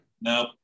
No